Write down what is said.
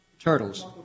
Turtles